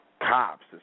Cops